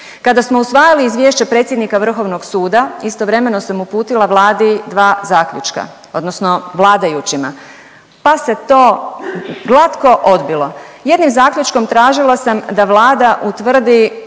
Kada smo usvajali izvješće predsjednika Vrhovnog suda istovremeno sam uputila Vladi dva zaključka odnosno vladajućima, pa se to glatko odbilo. Jednim zaključkom tražila sam da Vlada utvrdi